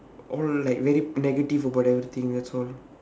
all like very negative about everything that's all